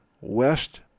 west